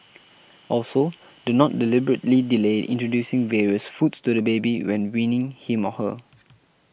also do not deliberately delay introducing various foods to the baby when weaning him or her